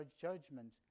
judgment